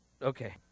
Okay